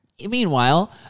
Meanwhile